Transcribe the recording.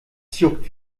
juckt